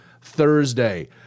thursday